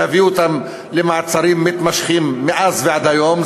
להביא אותם למעצרים מתמשכים מאז ועד היום,